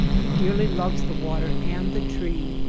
he dearly loves the water and the tree,